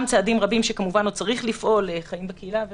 צעדים רבים שחייבים לפעול חיים בקהילה וכו',